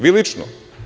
Vi lično.